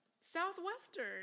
Southwestern